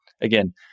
Again